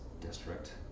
district